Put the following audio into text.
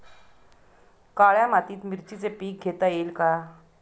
काळ्या मातीत मिरचीचे पीक घेता येईल का?